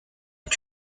est